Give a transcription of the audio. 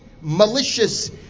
Malicious